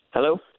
Hello